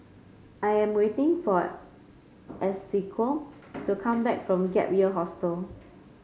I am waiting for Esequiel to come back from Gap Year Hostel